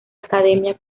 academia